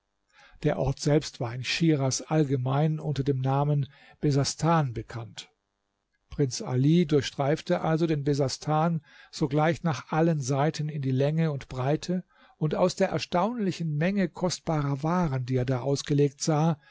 der ort selbst war in schiras allgemein unter dem namen besastan bekannt prinz ali durchstreifte also den besastan sogleich nach allen seiten in die länge und breite und aus der erstaunlichen menge kostbarer waren die er da ausgelegt sah